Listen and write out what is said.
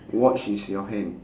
watch is your hand